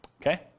Okay